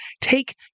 take